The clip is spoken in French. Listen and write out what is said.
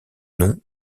nom